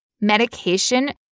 medication